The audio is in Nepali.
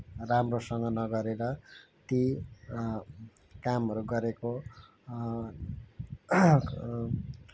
राम्रोसँग नगरेर ती कामहरू गरेको